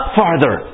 farther